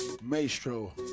Maestro